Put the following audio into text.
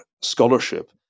scholarship